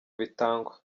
bitangwa